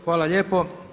Hvala lijepo.